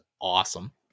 awesome